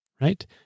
Right